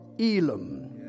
Elam